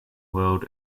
world